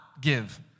give